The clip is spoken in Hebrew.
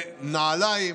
לנעליים